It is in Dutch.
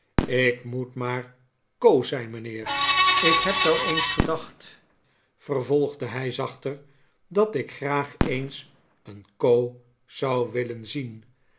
ik moet maar co zijn mijnheer ik heb wel eens gedacht vervolgde hij zachter dat ik graag eens een co zou willen zien